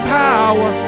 power